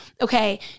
okay